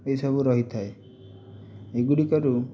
ଏଇସବୁ ରହିଥାଏ ଏଗୁଡ଼ିକରୁ